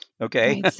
Okay